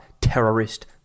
terrorist